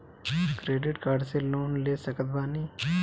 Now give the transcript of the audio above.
Credit card से loan ले सकत बानी?